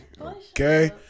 Okay